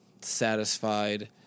satisfied